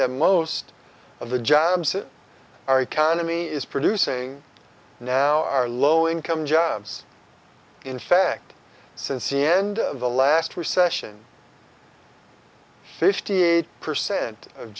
that most of the jobs in our economy is producing now are low income jobs in fact since the end of the last recession fifty eight percent of